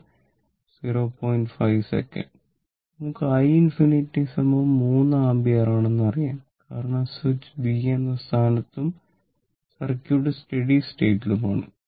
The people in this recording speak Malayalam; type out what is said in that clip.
5 സെക്കൻഡ് നമുക്ക് i ∞ 3 ആമ്പിയർ ആണെന്ന് അറിയാം കാരണം സ്വിച്ച് ബി എന്ന സ്ഥാനത്തും സർക്യൂട്ട് സ്റ്റഡി സ്റ്റേറ്റിലും ആണ്